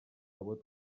abo